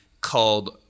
called